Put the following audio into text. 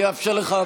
אני אאפשר לך,